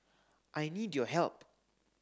I need your help